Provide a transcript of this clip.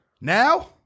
Now